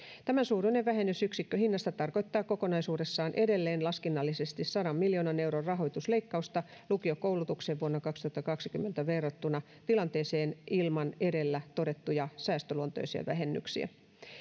tämänsuuruinen vähennys yksikköhinnasta tarkoittaa kokonaisuudessaan edelleen laskennallisesti sadan miljoonan euron rahoitusleikkausta lukiokoulutukseen vuonna kaksituhattakaksikymmentä verrattuna tilanteeseen ilman edellä todettuja säästöluontoisia vähennyksiä